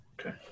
Okay